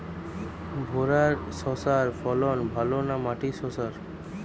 ভেরার শশার ফলন ভালো না মাটির শশার?